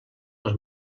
els